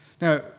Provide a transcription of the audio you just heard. Now